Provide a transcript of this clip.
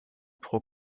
pro